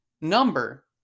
number